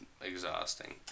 Exhausting